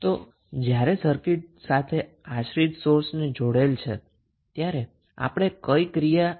તો જ્યારે સર્કિંટ સાથે ડિપેન્ડન્ટ સોર્સને જોડેલ છે ત્યારે આપણે કઈ પ્રોસેસ અનુસરવી જરૂરી છે